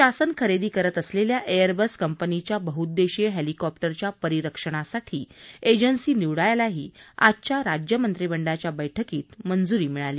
शासन खरेदी करत असलेल्या एअरबस कंपनीच्या बहुउद्देशीय हेलिकॉप्टरच्या परिरक्षणासाठी एजन्सी निवडायलाही आजच्या राज्यमंत्रिमंडळाच्या बैठकीत मंजुरी देण्यत आली